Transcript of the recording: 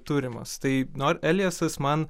turimos tai nor eliasas man